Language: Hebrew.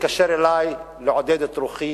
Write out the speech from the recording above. התקשר אלי לעודד את רוחי